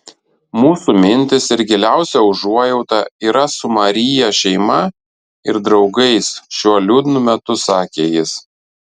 mūsų mintys ir giliausia užuojauta yra su maryje šeima ir draugais šiuo liūdnu metu sakė jis